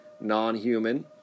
non-human